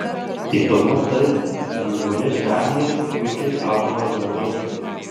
įdomu tai kad lengvoje žemėje puikiai auga ąžuolai